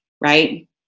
right